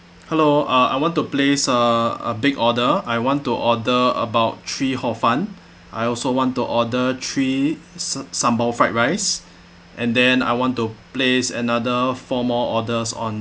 hello uh I want to place a a big order I want to order about three hor fun I also want to order three sam~ sambal fried rice and then I want to place another four more orders on